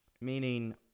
meaning